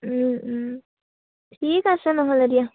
ঠিক আছে নহ'লে দিয়া